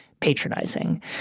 Patronizing